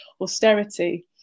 austerity